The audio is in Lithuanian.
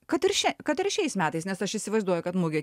kad ir še kad ir šiais metais nes aš įsivaizduoju kad mugė